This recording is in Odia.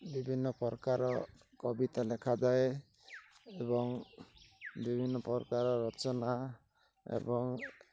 ବିଭିନ୍ନ ପ୍ରକାର କବିତା ଲେଖାଯାଏ ଏବଂ ବିଭିନ୍ନ ପ୍ରକାର ରଚନା ଏବଂ